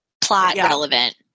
plot-relevant